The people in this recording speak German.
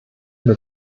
mit